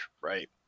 right